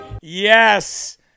Yes